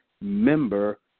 member